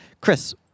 Chris